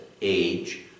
age